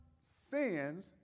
sins